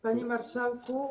Panie Marszałku!